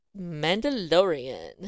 Mandalorian